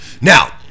Now